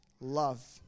love